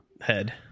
head